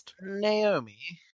Naomi